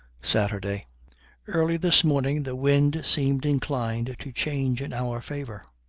saturday early this morning the wind seemed inclined to change in our favor.